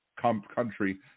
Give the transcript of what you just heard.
country